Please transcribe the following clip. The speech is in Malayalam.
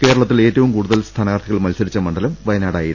കേരളത്തിൽ ഏറ്റവും കൂടുതൽ സ്ഥാനാർത്ഥികൾ മത്സരിച്ച മണ്ഡലം വയനാടായിരുന്നു